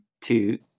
two